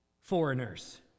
Foreigners